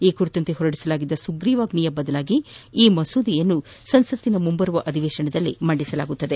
ಈ ಕುರಿತಂತೆ ಹೊರಡಿಸಲಾಗಿದ್ದ ಸುಗ್ರೀವಾಜ್ಞೆ ಬದಲಿಗೆ ಈ ಮಸೂದೆ ಯನ್ನು ಸಂಸತ್ತಿನ ಮುಂಬರುವ ಅಧಿವೇಶನದಲ್ಲಿ ಮಂದಿಸಲಾಗುವುದು